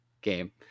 game